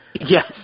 yes